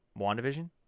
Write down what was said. WandaVision